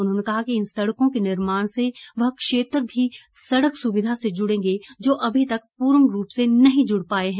उन्होंने कहा कि इन सड़कों के निर्माण से वह क्षेत्र भी सड़क सुविधा से जुड़ेंगे जो अभी तक पूर्ण रूप से नहीं जुड़ पाए हैं